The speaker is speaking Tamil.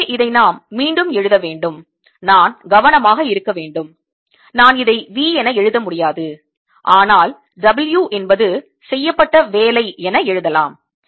எனவே இதை நாம் மீண்டும் எழுதவேண்டும் நான் கவனமாக இருக்க வேண்டும் நான் இதை V என எழுத முடியாது ஆனால் W என்பது செய்யப்பட்ட வேலை என எழுதலாம்